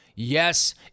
Yes